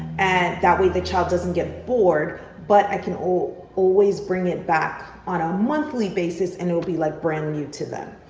and that way the child doesn't get bored, but i can always bring it back on a monthly basis and it will be like brand new to them.